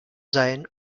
sein